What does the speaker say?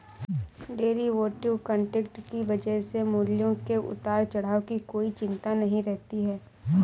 derivative contract की वजह से मूल्यों के उतार चढ़ाव की कोई चिंता नहीं रहती है